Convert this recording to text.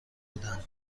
بودم